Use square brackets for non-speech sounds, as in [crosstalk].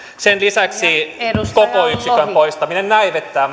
sen lisäksi kokoyksikön poistaminen näivettää [unintelligible]